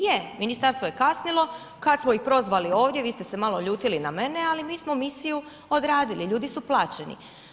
Je, ministarstvo je kasnilo, kada smo ih prozvali ovdje vi ste se malo ljutili na mene, ali mi smo misiju odradili, ljudi su plaćeni.